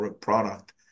product